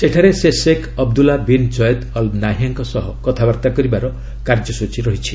ସେଠାରେ ସେ Sheikh Abdullah bin Zayed Al ନାହିୟାଁଙ୍କ ସହ କଥାବାର୍ତ୍ତା କରିବାର କାର୍ଯ୍ୟସୂଚୀ ରହିଛି